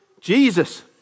Jesus